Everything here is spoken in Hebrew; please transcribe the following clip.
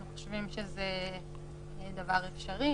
אנחנו חושבים שזה דבר אפשרי.